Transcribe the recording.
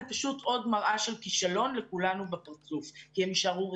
זאת פשוט עוד מראה של כישלון לכולנו בפרצוף כי הם יישארו ריקים.